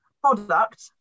product